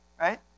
right